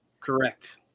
Correct